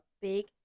big